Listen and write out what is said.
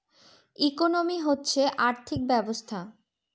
economy হচ্ছে আর্থিক ব্যবস্থা